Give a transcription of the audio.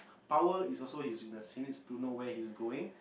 power is also his weakness he needs to know where he's going